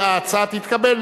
ההצעה תתקבל,